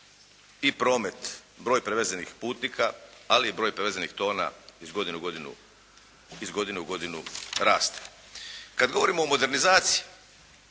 i promet, broj prevezenih putnika ali i broj prevezenih tona iz godine u godinu raste. Kad govorimo o modernizaciji